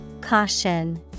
caution